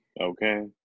Okay